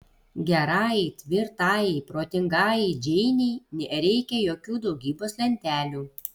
gerajai tvirtajai protingajai džeinei nereikia jokių daugybos lentelių